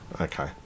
Okay